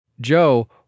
Joe